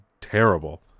terrible